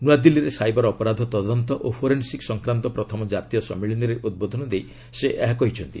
ନୂଆଦିଲ୍ଲୀରେ ସାଇବର ଅପରାଧ ତଦନ୍ତ ଓ ଫୋରେନ୍ସିକ୍ ସଂକ୍ରାନ୍ତ ପ୍ରଥମ ଜାତୀୟ ସମ୍ମିଳନୀରେ ଉଦ୍ବୋଧନ ଦେଇ ସେ ଏହା କହିଛନ୍ତି